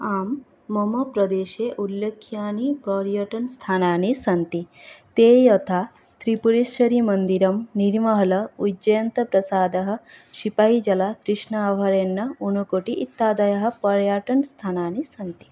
आं मम प्रदेशे उल्लेख्यानि पर्यटनस्थानानि सन्ति ते यथा त्रिपुरेश्वरीमन्दिरम् निर्महल उज्जयन्तप्रसादः शिपायीजल कृष्ण अभ्रयान्न उनकोटी इत्यादयः पर्यटनस्थानानि सन्ति